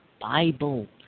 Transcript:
Bible